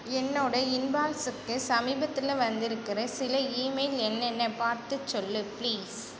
என்னோட இன்பாக்ஸுக்கு சமீபத்தில் வந்திருக்கிற சில ஈமெயில் என்னென்ன பார்த்து சொல் பிளீஸ்